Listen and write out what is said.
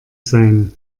sein